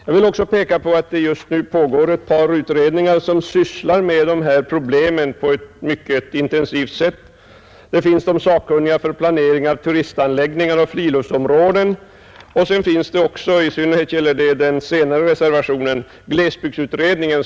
Jag vill också peka på att det just nu pågår ett par utredningar, som sysslar med dessa problem på ett mycket intensivt sätt, nämligen de sakkunniga för planering av turistanläggningar och friluftsområden och — i synnerhet gäller detta den senare reservationen — glesbygdsutredningen.